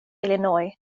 illinois